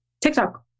tiktok